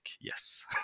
yes